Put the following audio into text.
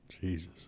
Jesus